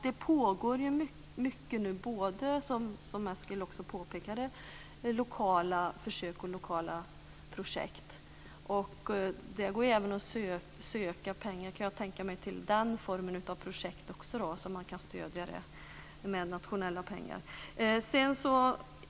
Nu pågår det mycket, som Eskil Erlandsson också påpekade, lokala försök och projekt. Jag kan tänka mig att det även går att söka pengar till den formen av projekt, så att man kan stödja sådant med nationella pengar.